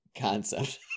concept